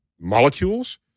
molecules